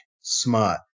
smart